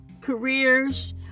careers